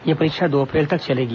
यह परीक्षा दो अप्रैल तक चलेंगी